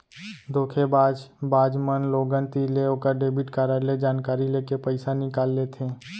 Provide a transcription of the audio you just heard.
धोखेबाज बाज मन लोगन तीर ले ओकर डेबिट कारड ले जानकारी लेके पइसा निकाल लेथें